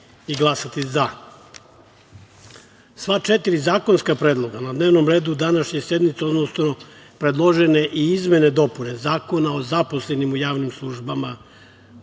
i glasati za. Sva četiri zakonska predloga na dnevnom redu današnje sednice, odnosno predložene izmene i dopune Zakona o zaposlenim u javnim službama,